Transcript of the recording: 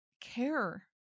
care